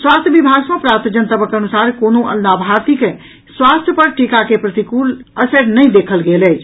स्वास्थ्य विभाग सॅ प्राप्त जनतबक अनुसार कोनो लाभार्थी के स्वास्थ्य पर टीका के गंभीर प्रतिकूल असरि नहि देखल गेल अछि